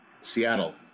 Seattle